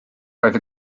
roedd